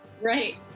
Right